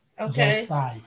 okay